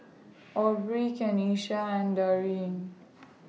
Aubrie Kenisha and Daryn